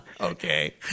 Okay